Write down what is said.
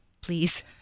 please